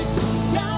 Down